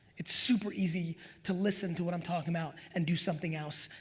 it's super easy to listen to what i'm talking about and do something else.